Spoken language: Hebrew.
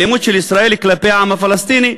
האלימות של ישראל כלפי העם הפלסטיני,